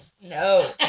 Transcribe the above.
No